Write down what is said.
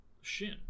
Shin